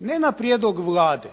ne na prijedlog Vlade